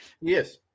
Yes